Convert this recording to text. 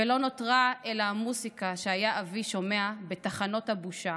ולא נותרה / אלא המוזיקה שהיה אבי / שומע בתחנות הבושה,